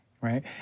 right